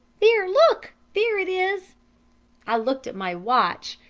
there, look! there it is i looked at my watch.